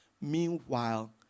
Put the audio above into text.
Meanwhile